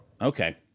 Okay